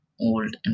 old